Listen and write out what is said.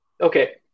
okay